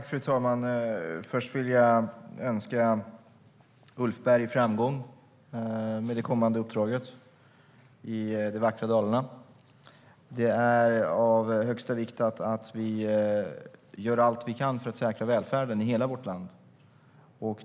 Fru talman! Först vill jag önska Ulf Berg framgång med det kommande uppdraget i det vackra Dalarna. Det är av största vikt att vi gör allt vi kan för att säkra välfärden i hela vårt land.